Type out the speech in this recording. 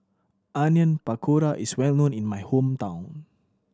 Onion Pakora is well known in my hometown